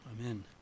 Amen